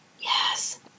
Yes